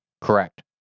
correct